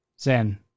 Zen